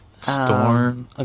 Storm